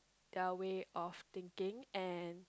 their way of thinking and